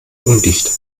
undicht